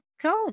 cool